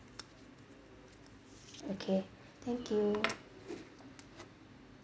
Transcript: okay thank you